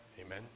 Amen